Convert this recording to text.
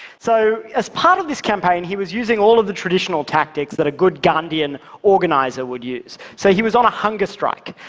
so as part of this campaign, he was using all of the traditional tactics that a good gandhian organizer would use. so he was on a hunger strike,